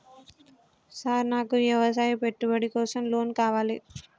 Sir నాకు వ్యవసాయ పెట్టుబడి కోసం లోన్ కావాలి?